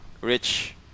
rich